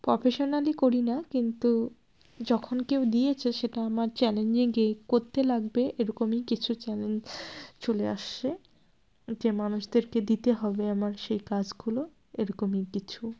professionally করি না কিন্তু যখন কেউ দিয়েছে সেটা আমার চ্যালেঞ্জিং করতে লাগবে এরকমই কিছু চ্যালেঞ্জ চলে আসে যে মানুষদেরকে দিতে হবে আমার সেই কাজগুলো এরকমই কিছু